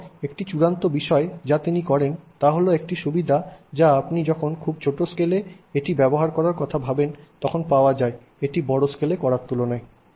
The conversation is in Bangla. এবং একটি চূড়ান্ত বিষয় যা তিনি করেন তা হল একটি সুবিধা যা আপনি যখন খুব ছোট স্কেলে এটি করার কথা ভাবেন তখন পাওয়া যায় এটি বড় স্কেলে করার তুলনায়